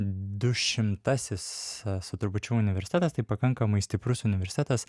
du šimtasis su trupučiu universitetas tai pakankamai stiprus universitetas